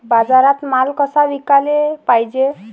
बाजारात माल कसा विकाले पायजे?